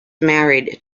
married